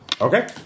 Okay